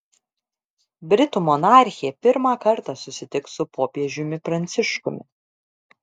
britų monarchė pirmą kartą susitiks su popiežiumi pranciškumi